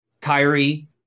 Kyrie